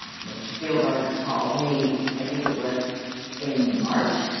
mr spielberg, called me, i think it was in march,